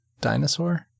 dinosaur